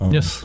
Yes